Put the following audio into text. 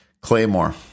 Claymore